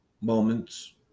moments